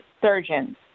surgeons